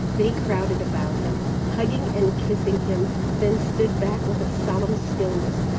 they crowded about him, hugging and kissing him then stood back with a solemn stillness,